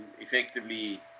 effectively